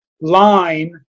line